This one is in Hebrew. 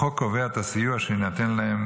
החוק קובע את הסיוע שיינתן להם,